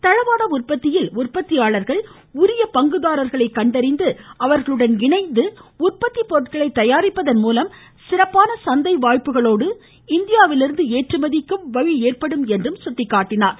தளவாட உற்பத்தியில் உற்பத்தியாளர்கள் உரிய பங்குதாரர்களை கண்டறிந்து அவர்களுடன் இணைந்து உற்பத்தி பொருட்களை தயாரிப்பதன் மூலம் சிறப்பான சந்தை வாய்ப்புகளோடு இந்தியாவிலிருந்து ஏற்றுமதிக்கும் வழி ஏற்படும் என்று சுட்டிக்காட்டினார்